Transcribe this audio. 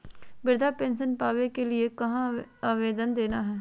वृद्धा पेंसन पावे के लिए कहा आवेदन देना है?